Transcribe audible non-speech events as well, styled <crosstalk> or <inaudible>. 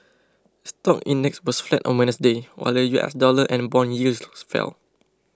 stock index was flat on Wednesday while the U S dollar and bond yields <unintelligible> fell